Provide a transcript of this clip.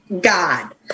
God